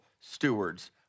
stewards